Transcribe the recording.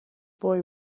boy